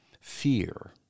fear